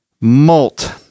malt